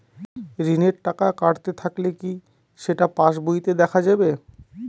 ঋণের টাকা কাটতে থাকলে কি সেটা পাসবইতে দেখা যাবে?